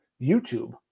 YouTube